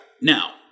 Now